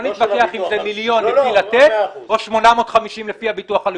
או שזה 850,000,